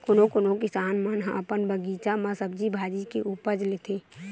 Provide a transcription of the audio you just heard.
कोनो कोनो किसान मन ह अपन बगीचा म सब्जी भाजी के उपज लेथे